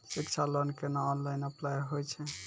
शिक्षा लोन केना online apply होय छै?